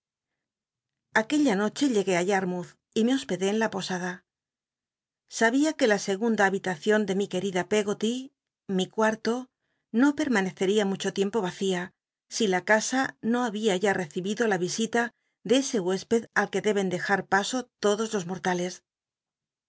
tuclla noche llegué a yarmouth y me hospedé en la posada sabia que in segunda habitacion de mi qucaida peggoty mi cuarto no perm lnecc ria mucho tiempo vacía si la casa no babia ya reci bido la visito de ese huésped al que deben dejar paso lodos los mortales